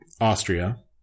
Austria